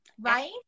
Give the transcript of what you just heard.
right